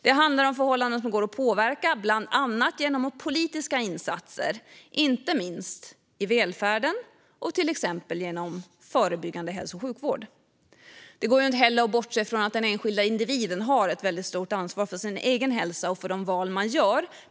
Det handlar om förhållanden som går att påverka bland annat genom politiska insatser, inte minst i välfärden och till exempel genom förebyggande hälso och sjukvård. Det går inte heller att bortse från att den enskilda individen har ett väldigt stort ansvar för sin egen hälsa och för de val man gör.